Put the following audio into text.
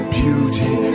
beauty